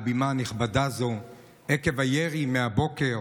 עקב הירי הבוקר